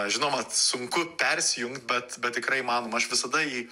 žinoma sunku persijungt bet bet tikrai įmanoma aš visada jį